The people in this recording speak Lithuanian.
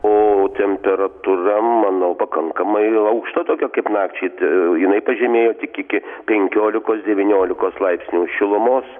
o temperatūra manau pakankamai aukšta tokia kaip nakčiai ta jinai pažemėjo tik iki penkiolikos devyniolikos laipsnių šilumos